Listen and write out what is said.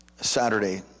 Saturday